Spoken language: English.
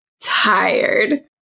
tired